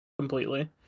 completely